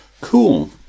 Cool